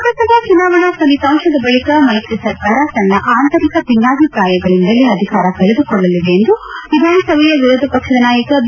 ಲೋಕಸಭಾ ಚುನಾವಣಾ ಫಲಿತಾಂಶದ ಬಳಕ ಮೈತ್ರಿ ಸರ್ಕಾರ ತನ್ನ ಆತಂರಿಕ ಭಿನ್ನಾಭಿಪ್ರಾಯಗಳಿಂದಲೇ ಅಧಿಕಾರ ಕಳೆದುಕೊಳ್ಳಲಿದೆ ಎಂದು ವಿಧಾನಸಭೆಯ ವಿರೋಧ ಪಕ್ಷದ ನಾಯಕ ಬಿ